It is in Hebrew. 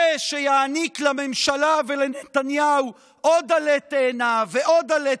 זה שיעניק לממשלה ולנתניהו עוד עלה תאנה ועוד עלה